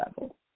level